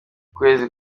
ukwezi